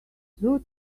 zoo